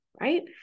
Right